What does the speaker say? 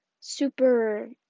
super